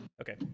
Okay